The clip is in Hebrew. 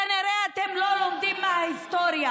כנראה אתם לא לומדים מההיסטוריה.